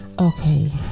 Okay